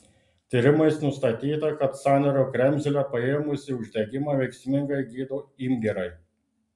tyrimais nustatyta kad sąnario kremzlę apėmusį uždegimą veiksmingai gydo imbierai